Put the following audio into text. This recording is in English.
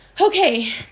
Okay